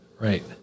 Right